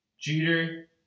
Jeter